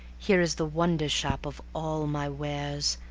here is the wonder-shop of all my wares,